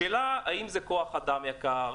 השאלה האם זה כוח אדם יקר?